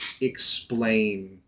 explain